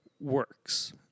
works